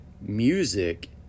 music